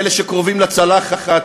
לאלה שקרובים לצלחת,